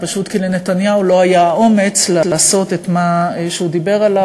פשוט כי לנתניהו לא היה אומץ לעשות את מה שהוא דיבר עליו,